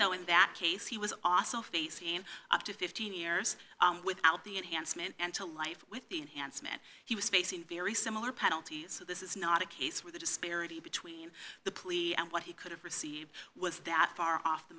though in that case he was awesome facing up to fifteen years without the enhancement and to life with the enhanced man he was facing very similar penalties this is not a case where the disparity between the plea and what he could have received was that far off the